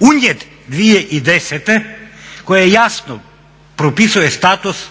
unijet 2010. koji jasno propisuje status